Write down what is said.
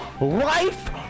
life